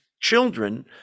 children